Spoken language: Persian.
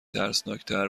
ترسناکتر